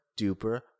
duper